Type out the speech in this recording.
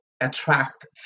attract